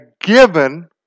given